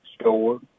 store